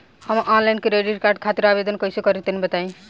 हम online credit card खातिर आवेदन कइसे करि तनि बताई?